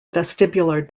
vestibular